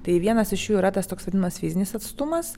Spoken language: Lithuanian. tai vienas iš jų yra tas toks vadinamas fizinis atstumas